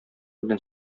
белән